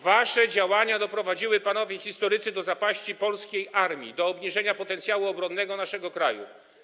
Wasze działania doprowadziły, panowie historycy, do zapaści polskiej armii, do obniżenia potencjału obronnego naszego kraju.